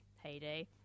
heyday